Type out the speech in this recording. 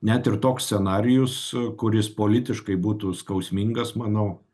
net ir toks scenarijus kuris politiškai būtų skausmingas manau